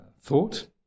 thought